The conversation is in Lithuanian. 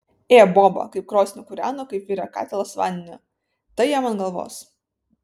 ė boba kaip krosnį kūreno kaip virė katilas vandenio tai jam ant galvos